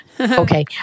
Okay